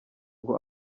ngo